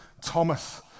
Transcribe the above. Thomas